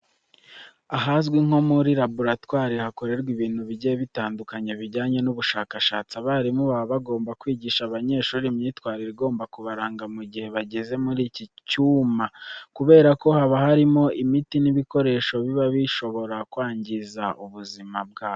Ahazwi nko muri laboratwari hakorerwa ibintu bigiye bitandukanye bijyanye n'ubushakashatsi. Abarimu baba bagomba kwigisha abanyeshuri imyitwarire igomba kubaranga mu gihe bageze muri iki cyuma kubera ko haba harimo imiti n'ibikoresho biba bishobora kwangiza ubuzima bwabo.